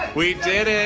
we did it.